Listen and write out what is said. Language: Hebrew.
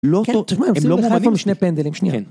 כן, תשמע, הם עושים את זה חייפה משני פנדלים, שנייה.